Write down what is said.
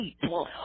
people